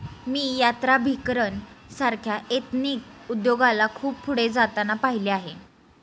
मी यात्राभिकरण सारख्या एथनिक उद्योगाला खूप पुढे जाताना पाहिले आहे